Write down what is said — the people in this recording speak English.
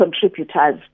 contributors